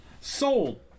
Sold